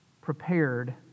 prepared